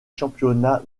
championnats